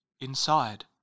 inside